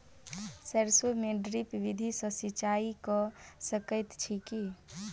सैरसो मे ड्रिप विधि सँ सिंचाई कऽ सकैत छी की?